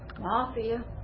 mafia